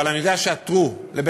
אבל אני יודע שעתרו לבית-משפט.